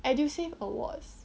Edusave awards